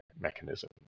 mechanism